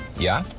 yeah?